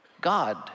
God